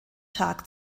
tag